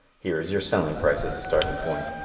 here is your selling price as a starting point.